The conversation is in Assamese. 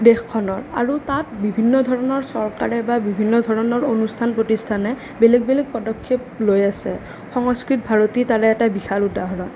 দেশখনৰ আৰু তাত বিভিন্ন ধৰণৰ চৰকাৰে বা বিভিন্ন ধৰণৰ অনুষ্ঠান প্ৰতিষ্ঠানে বেলেগ বেলেগ পদক্ষেপ লৈ আছে সংস্কৃত ভাৰতী তাৰে এটা বিশাল উদাহৰণ